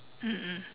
mm mm